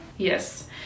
Yes